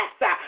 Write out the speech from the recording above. yes